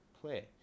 Play